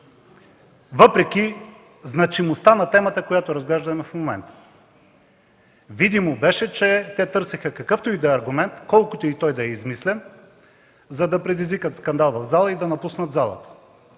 въпреки значимостта на темата, която разглеждаме в момента. Видимо беше, че те търсеха какъвто и да е аргумент, колкото и той да е измислен, за да предизвикат скандал в залата и да напуснат залата.